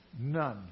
none